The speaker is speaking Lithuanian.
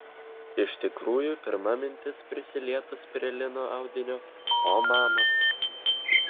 iš tikrųjų pirma mintis prisilietus prie lino audinio o mama